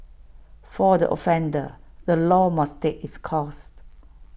for the offender the law must take its course